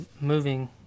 moving